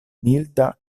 milda